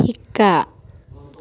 শিকা